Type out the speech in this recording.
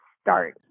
start